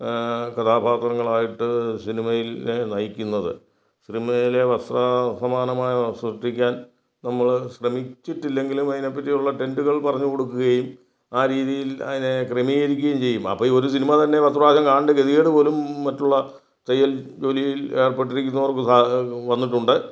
കഥാപാത്രങ്ങളായിട്ട് സിനിമയിൽലെ നയിക്കുന്നത് സിനിമയിലെ വസ്ത്ര സമാനമായവ സൃഷ്ട്ടിക്കാൻ നമ്മൾ ശ്രമിച്ചിട്ടില്ലെങ്കിലും അതിനെപ്പറ്റിയുള്ള ടെൻറ്റുകൾ പറഞ്ഞു കൊടുക്കുകയും ആ രീതിയിൽ അതിനെ ക്രമീകരിക്കുകയും ചെയ്യും അപ്പം ഒരു സിനിമ തന്നെ പത്ത് പ്രാവിശ്യം കാണെണ്ട ഗതികേട് പോലും മറ്റുള്ള തയ്യൽ ജോലിയിൽ ഏർപ്പെട്ടിരിക്കുന്നവർക്ക് സാ വന്നിട്ടുണ്ട്